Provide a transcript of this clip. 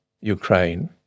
Ukraine